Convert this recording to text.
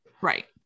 Right